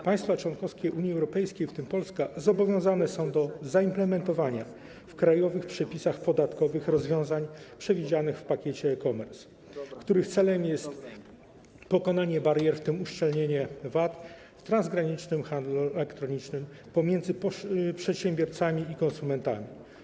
Państwa członkowskie Unii Europejskiej, w tym Polska, zobowiązane są do zaimplementowania w krajowych przepisach podatkowych rozwiązań przewidzianych w pakiecie e-commerce, których celem jest pokonanie barier, w tym uszczelnienie VAT w transgranicznym handlu elektronicznym pomiędzy przedsiębiorcami i konsumentami.